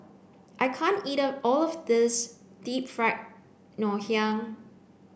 I can't eat all of this deep fried Ngoh Hiang